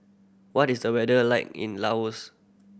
what is the weather like in Laos